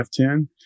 F10